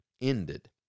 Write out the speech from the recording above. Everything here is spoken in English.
ended